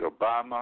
Obama